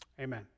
Amen